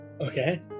Okay